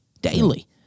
daily